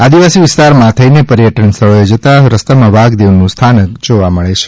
આદિવાસી વિસ્તારમાં થઈને પર્યટન સ્થળોએ જતા રસ્તામાં વાઘ દેવનુ થાનક જોવા મળે છે